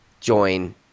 join